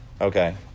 Okay